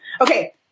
Okay